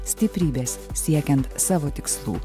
stiprybės siekiant savo tikslų